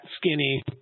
skinny